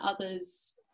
others